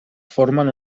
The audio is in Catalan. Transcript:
formen